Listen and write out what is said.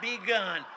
begun